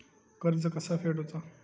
कर्ज कसा फेडुचा?